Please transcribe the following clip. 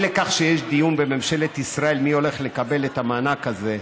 אי לכך שיש דיון בממשלת ישראל מי הולך לקבל את המענק הזה,